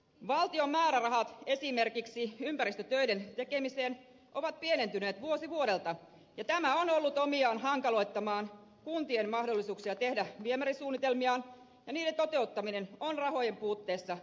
valtion määrärahat esimerkiksi ympäristötöiden tekemiseen ovat pienentyneet vuosi vuodelta ja tämä on ollut omiaan hankaloittamaan kuntien mahdollisuuksia tehdä viemärisuunnitelmiaan ja niiden toteuttaminen on rahojen puuttuessa viivästynyt